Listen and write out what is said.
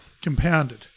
Compounded